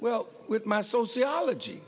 well with my sociology